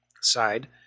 side